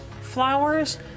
flowers